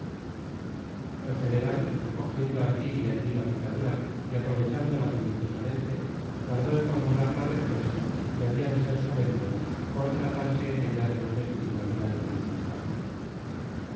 el general recogiendo aquí y allí la picadura y aprovechándola minuciosamente tardó en formular la respuesta que había de ser solemne por tratarse en ella de los destinos de la infeliz españa